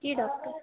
जी doctor